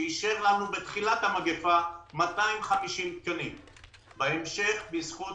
שאישר לנו בתחילת המגפה 250 תקנים; בהמשך בזכות